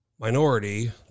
Minority